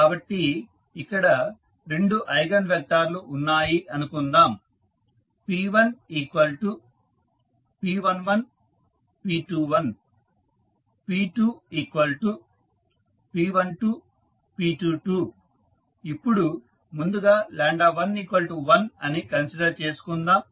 కాబట్టి ఇక్కడ రెండు ఐగన్ వెక్టార్ లు ఉన్నాయి అనుకుందాం p1p11 p21 p2p12 p22 ఇప్పుడు ముందుగా 11 అని కన్సిడర్ చేసుకుందాం